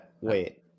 Wait